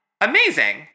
amazing